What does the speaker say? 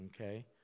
Okay